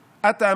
הוא קם, מתפלל.